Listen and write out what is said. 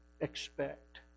expect